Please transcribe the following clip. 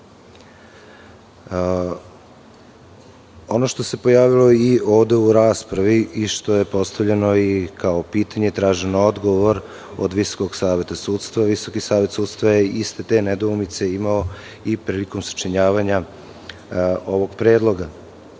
što se pojavilo i ovde u raspravi i što je postavljeno kao pitanje i tražen je odgovor od Visokog saveta sudstva, Visoki savet sudstva je iste te nedoumice imao i prilikom sačinjavanja ovog predloga.